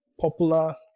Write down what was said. popular